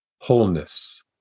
wholeness